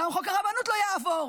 גם חוק הרבנות לא יעבור,